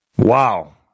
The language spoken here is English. Wow